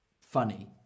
funny